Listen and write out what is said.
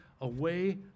away